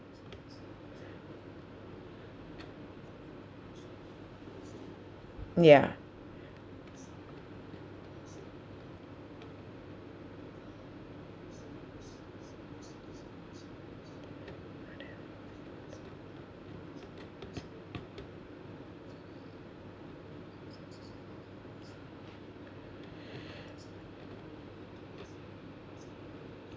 ya